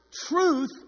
truth